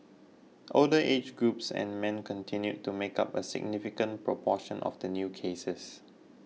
older age groups and men continued to make up a significant proportion of the new cases